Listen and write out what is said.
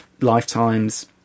lifetimes